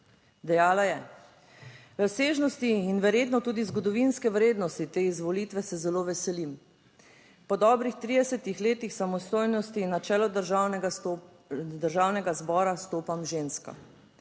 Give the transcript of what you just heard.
Dejala je: "Razsežnosti in verjetno tudi zgodovinske vrednosti te izvolitve se zelo veselim. Po dobrih 30 letih samostojnosti na čelu Državnega zbora, stopam ženska.